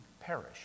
perish